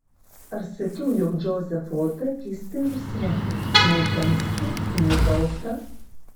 ar sakiau jog džozefo oda keistai rusva nei tamsi nei balta